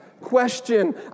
question